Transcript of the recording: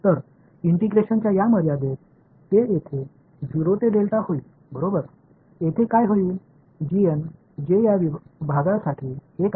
तर इंटिग्रेशनच्या या मर्यादेत ते येथे 0 ते होईल बरोबर येथे काय होईल जे या भागासाठी 1 आहे